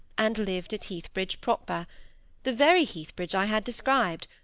and lived at heathbridge proper the very heathbridge i had described,